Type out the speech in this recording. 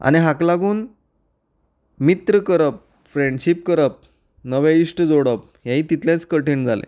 आनी हाका लागून मित्र करप फ्रँडशीप करप नवे इश्ट जोडप हेंवूय तितलेंच कठीण जालें